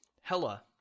Hella